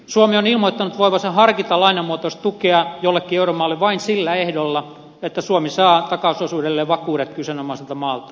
suomi on ilmoittanut voivansa harkita lainamuotoista tukea jollekin euromaalle vain sillä ehdolla että suomi saa takausosuudelleen vakuudet kyseenomaiselta maalta